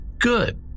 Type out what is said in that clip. Good